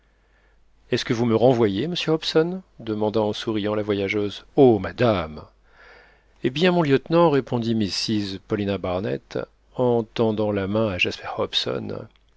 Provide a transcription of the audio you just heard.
est-ce que vous me renvoyez monsieur hobson demanda en souriant la voyageuse oh madame eh bien mon lieutenant répondit mrs paulina barnett en tendant la main à